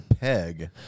peg